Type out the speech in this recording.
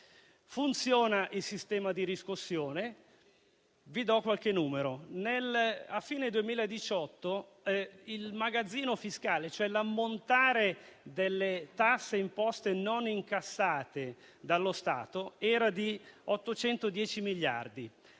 Funziona il sistema di riscossione? Vi do qualche numero: a fine 2018, il magazzino fiscale, cioè l'ammontare di tasse e imposte non incassate dallo Stato, era pari a 810 miliardi.